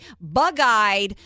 bug-eyed